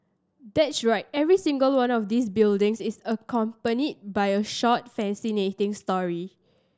that's right every single one of these buildings is accompanied by a short fascinating story